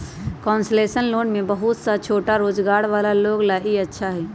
concessional loan में बहुत सा छोटा रोजगार वाला लोग ला ई अच्छा हई